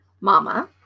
mama